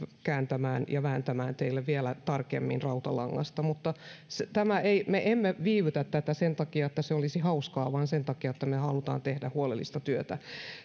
kääntämään ja vääntämään teille vielä tarkemmin rautalangasta mutta me emme viivytä tätä sen takia että se olisi hauskaa vaan sen takia että me haluamme tehdä huolellista työtä